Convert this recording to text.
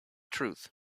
truth